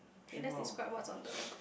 okay let's describe what's on the